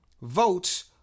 votes